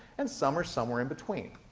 and some are somewhere in between.